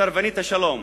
סרבנית השלום.